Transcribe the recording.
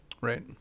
right